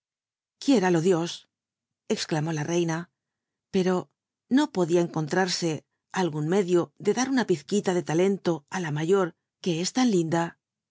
quiéralo dio exclamó la reina pero no podria encontrarse al un medio de dar una pizquila de talento á la mayor c uo es tan linda